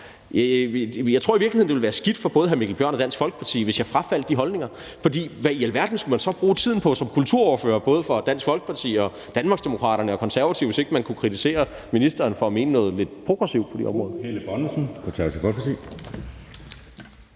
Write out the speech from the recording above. Jeg tror i virkeligheden, det ville være skidt både for hr. Mikkel Bjørn og Dansk Folkeparti, hvis jeg frafaldt de holdninger, for hvad i alverden skulle man så som kulturordførere for Dansk Folkeparti og Danmarksdemokraterne og Konservative bruge tiden på, hvis man ikke kunne kritisere ministeren for at mene noget lidt progressivt på de områder?